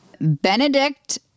Benedict